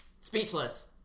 Speechless